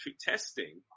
testing